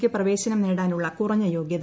ക്കു പ്രവേശനം നേടാനുള്ള കുറഞ്ഞ യോഗ്യത